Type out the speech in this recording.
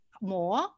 more